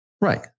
Right